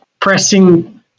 pressing